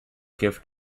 gift